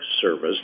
Service